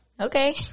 Okay